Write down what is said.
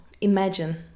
imagine